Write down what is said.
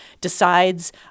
decides